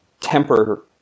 temper